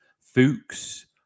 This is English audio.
Fuchs